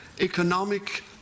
economic